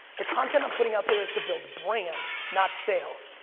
the content i'm putting out there is to build brand, not sales.